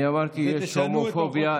אני אמרתי: יש הומופוביה,